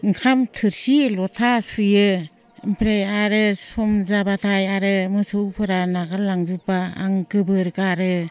ओंखाम थोरसि लथा सुयो ओमफ्राय आरो सम जाब्लाथाय आरो मोसौफोरा नागार लांजोबब्ला आं गोबोर गारो